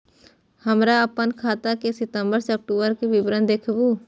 हमरा अपन खाता के सितम्बर से अक्टूबर के विवरण देखबु?